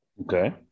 Okay